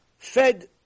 Fed